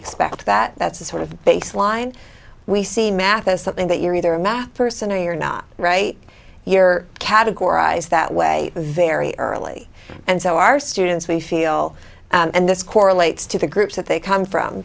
expect that that's the sort of baseline we see math is something that you're either a math person or you're not right you're categorized that way very early and so our students we feel and this correlates to the groups that they come from